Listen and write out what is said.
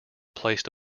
placed